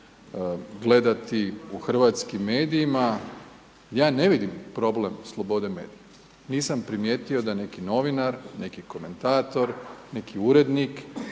gledati u hrvatskim medijima, ja ne vidim problem slobode medija. Nisam primijetio da neki novinar, neki komentator, neki urednik